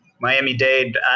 miami-dade